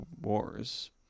wars